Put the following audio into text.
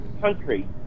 country